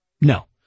No